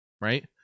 right